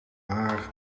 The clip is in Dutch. waar